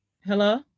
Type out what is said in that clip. Hello